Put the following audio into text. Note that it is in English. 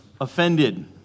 offended